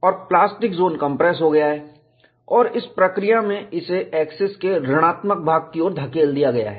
और plastic zone compress हो गया है और इस प्रक्रिया में इसे एक्सिस के ऋणात्मक भाग की ओर धकेल दिया गया है